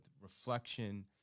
reflection